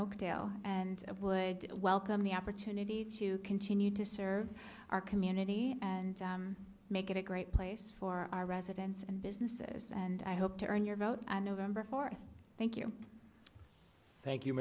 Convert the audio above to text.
oakdale and would welcome the opportunity to continue to serve our community and make it a great place for our residents and businesses and i hope to earn your vote on november fourth thank you thank you